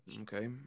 Okay